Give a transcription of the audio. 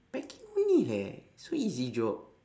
packing only leh so easy job